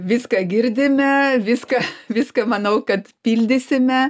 viską girdime viską viską manau kad pildysime